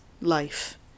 life